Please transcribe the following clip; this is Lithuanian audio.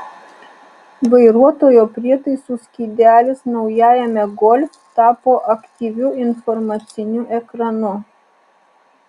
vairuotojo prietaisų skydelis naujajame golf tapo aktyviu informaciniu ekranu